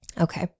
Okay